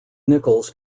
nichols